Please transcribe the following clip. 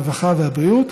הרווחה והבריאות,